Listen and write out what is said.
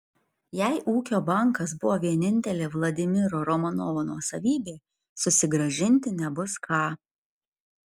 jei ūkio bankas buvo vienintelė vladimiro romanovo nuosavybė susigrąžinti nebus ką